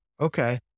Okay